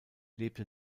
lebte